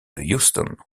houston